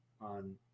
on